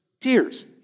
tears